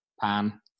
pan